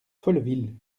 folleville